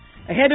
Ahead